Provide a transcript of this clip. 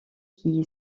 qui